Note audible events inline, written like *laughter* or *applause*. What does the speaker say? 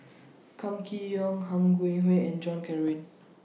Kam Kee Yong Han *unintelligible* and John *unintelligible*